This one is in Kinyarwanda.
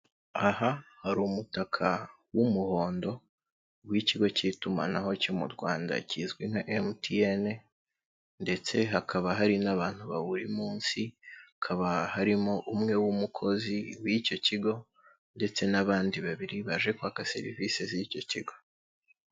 Aha hari umutaka w'umuhondo w'ikigo cy'itumanaho cyo mu Rwanda kizwi nka emutiyeni ndetse hakaba hari n'abantu bawuri munsi hakaba harimo umwe w'umukozi w'icyo kigo, ndetse n'abandi babiri baje kwaka serivisi z'icyo kigo.